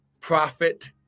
prophet